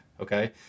okay